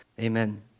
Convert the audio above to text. Amen